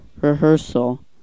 rehearsal